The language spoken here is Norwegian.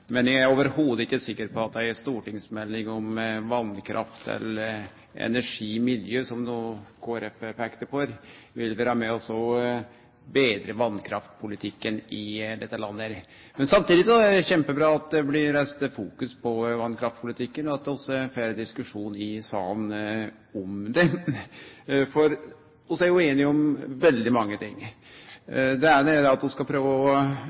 men eg er slett ikkje sikker på at ei stortingsmelding om vasskraft, eller energi og miljø, som Kristeleg Folkeparti no peikte på, vil vere med på å betre vasskraftpolitikken i dette landet. Samtidig er det kjempebra at det blir sett fokus på vasskraftpolitikken, og at vi får diskusjon i salen om han. For vi er jo einige om veldig mange ting. Det eine er at vi skal prøve å